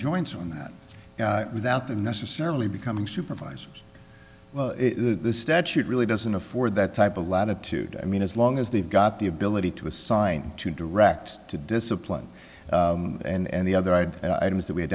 joints on that without them necessarily becoming supervisors the statute really doesn't afford that type of latitude i mean as long as they've got the ability to assign to direct to discipline and the other i had items that we had